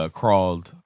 crawled